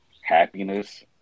happiness